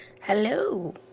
hello